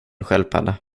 sköldpadda